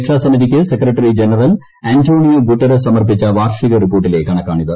രക്ഷാസമിതിയ്ക്ക് secretary general Antonio Guterres സമർപ്പിച്ച വാർഷിക റിപ്പോർട്ടിലെ കണക്കാണിത്